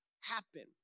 happen